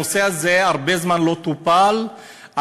כי הנושא הזה לא טופל הרבה זמן,